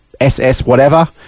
SS-whatever